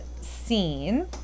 scene